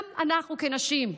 גם אנחנו כנשים,